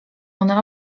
one